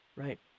Right